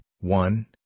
one